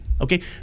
Okay